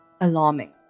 alarming